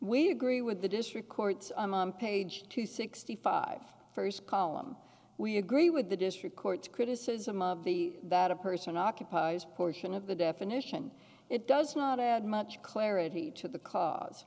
we agree with the district court page two sixty five first column we agree with the district court criticism of the that a person occupies portion of the definition it does not add much clarity to the cause